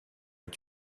est